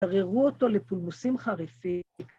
גררו אותו לפולמוסים חריפים...